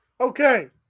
Okay